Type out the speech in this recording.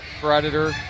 predator